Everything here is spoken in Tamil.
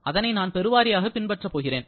அதனை நான் பெருவாரியாக பின்பற்ற போகிறேன்